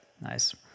Nice